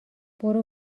برو